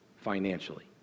financially